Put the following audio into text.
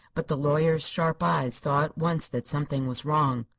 but the lawyer's sharp eyes saw at once that something was wrong.